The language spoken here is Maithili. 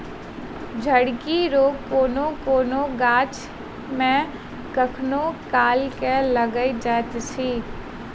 झड़की रोग कोनो कोनो गाछ मे कखनो काल के लाइग जाइत छै